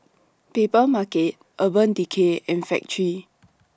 Papermarket Urban Decay and Factorie